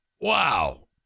wow